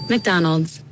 McDonald's